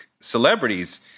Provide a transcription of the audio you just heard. celebrities